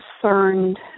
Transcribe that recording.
concerned